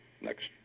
next